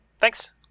Thanks